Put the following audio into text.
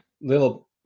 little